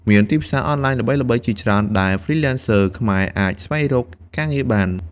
មានទីផ្សារអនឡាញល្បីៗជាច្រើនដែល Freelancers ខ្មែរអាចស្វែងរកការងារបាន។